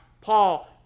Paul